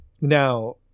now